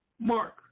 mark